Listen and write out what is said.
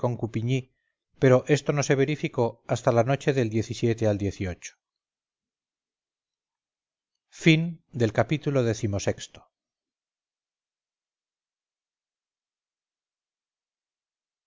coupigny pero esto no se verificó hasta la noche del al i ii